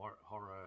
horror